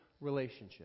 relationship